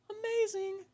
amazing